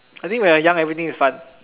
I think when I young everything was fun